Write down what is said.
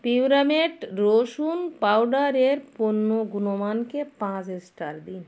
পিউরামেট রসুন পাউডারের পণ্য গুণমানকে পাঁচ স্টার দিন